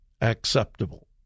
acceptable